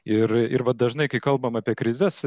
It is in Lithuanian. ir ir vat dažnai kai kalbam apie krizes